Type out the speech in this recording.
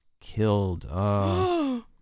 killed